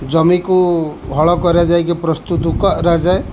ଜମିକୁ ହଳ କରାଯାଇକି ପ୍ରସ୍ତୁତ କରାଯାଏ